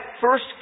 first